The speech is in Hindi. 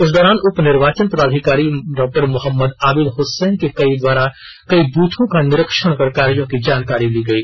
इस दौरान उप निर्वाचन पदाधिकारी डॉ मोहम्मद आबिद हसैन के द्वारा कई बूथों का निरीक्षण कर कार्यों की जानकारी ली गई